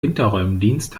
winterräumdienst